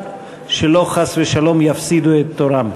במליאה, שלא יפסידו חס ושלום את תורם.